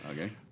Okay